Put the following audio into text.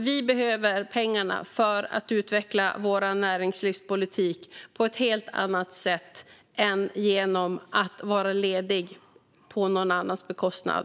Vi behöver pengarna för att utveckla vår näringslivspolitik på ett helt annat sätt än till att vara ledig på någon annans bekostnad.